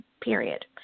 period